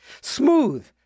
Smooth